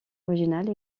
originale